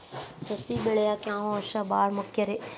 ಸಸಿ ಬೆಳೆಯಾಕ್ ಯಾವ ಅಂಶ ಭಾಳ ಮುಖ್ಯ ರೇ?